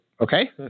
Okay